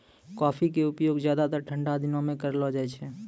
coffee के उपयोग ज्यादातर ठंडा दिनों मॅ करलो जाय छै